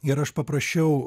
ir aš paprašiau